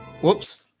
Whoops